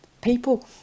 people